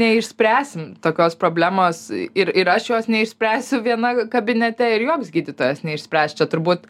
neišspręsim tokios problemos ir ir aš jos neišspręsiu viena kabinete ir joks gydytojas neišspręs čia turbūt